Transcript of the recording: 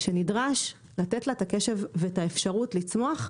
שנדרש לתת לה את הקשב ואת האפשרות לצמוח,